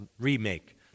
remake